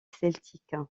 celtique